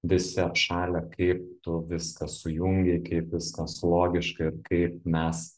visi apšalę kaip tu viską sujungei kaip viskas logiška ir kaip mes